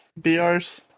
BRs